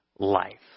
life